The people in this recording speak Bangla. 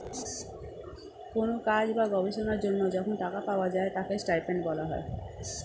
কোন কাজ বা গবেষণার জন্য যখন টাকা পাওয়া যায় তাকে স্টাইপেন্ড বলা হয়